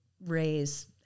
raise –